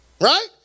Right